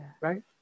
right